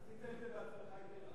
עשית את זה בהצלחה יתירה.